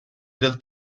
del